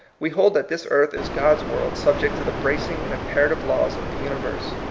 we hold that this earth is god's world, subject to the bracing and imperative laws of the uni verse.